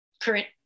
current